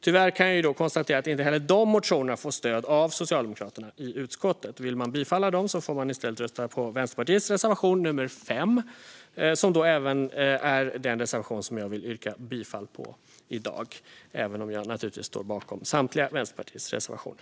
Tyvärr kan jag konstatera att inte heller dessa motioner får stöd av Socialdemokraterna i utskottet. Vill man bifalla dem får man i stället yrka bifall till Vänsterpartiets reservation 5, som även är den reservation jag vill yrka bifall till i dag. Jag står dock naturligtvis bakom samtliga Vänsterpartiets reservationer.